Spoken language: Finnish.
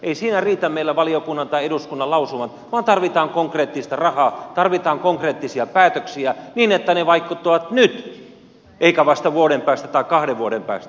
ei siinä riitä meillä valiokunnan tai eduskunnan lausumat vaan tarvitaan konkreettista rahaa tarvitaan konkreettisia päätöksiä niin että ne vaikuttavat nyt eivätkä vasta vuoden päästä tai kahden vuoden päästä